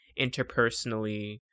interpersonally